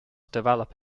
develop